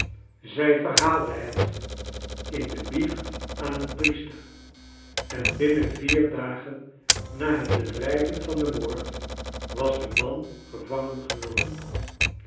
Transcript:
zy verhaalde het in de biecht aan een priester en binnen vier dagen na het bedrijven van den moord wasde man gevangengenomen